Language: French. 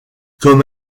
comme